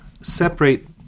separate